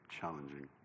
challenging